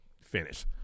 finish